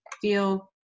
feel